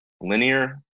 linear